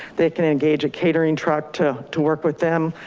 they can engage a catering truck to to work with them.